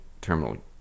terminal